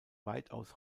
weitaus